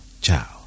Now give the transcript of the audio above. Ciao